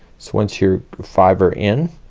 so once your five are in,